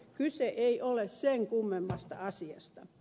kyse ei ole sen kummemmasta asiasta